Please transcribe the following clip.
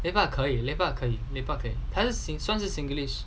lepak 可以 lepak 可以 lepak 可以他是算是 singlish